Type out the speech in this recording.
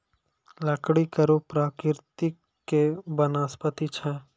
लकड़ी कड़ो प्रकृति के वनस्पति छै